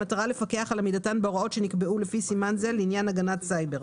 במטרה לפקח על עמידתן בהוראות שנקבעו לפי סימן זה לעניין הגנת סייבר.